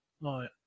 Right